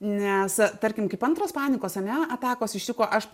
nes tarkim kaip antros panikos ane atakos ištiko aš